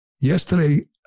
Yesterday